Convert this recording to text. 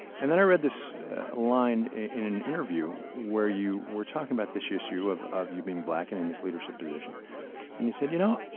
and then i read this line in an interview where you were talking about this issue of of you being black and in this leadership position and you said, you know,